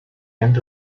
амьд